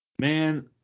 Man